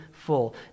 full